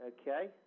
Okay